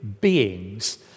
beings